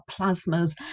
plasmas